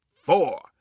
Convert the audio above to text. four